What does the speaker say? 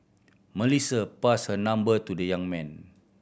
Melissa passed her number to the young man